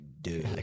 dude